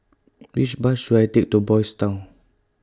Which Bus should I Take to Boys Town